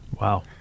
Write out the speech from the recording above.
Wow